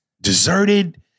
deserted